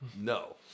No